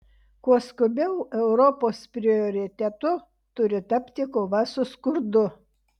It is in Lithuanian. kuo skubiau europos prioritetu turi tapti kova su skurdu